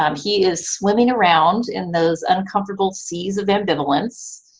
um he's swimming around in those uncomfortable seas of ambivalence.